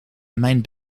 mijn